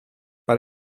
but